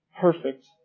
Perfect